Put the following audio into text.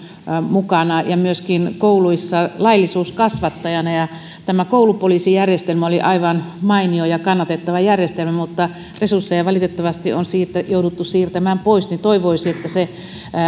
mukana ja myöskin laillisuuskasvattajana kouluissa tämä koulupoliisijärjestelmä oli aivan mainio ja kannatettava järjestelmä mutta resursseja valitettavasti on siitä jouduttu siirtämään pois toivoisin että se